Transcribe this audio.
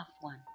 one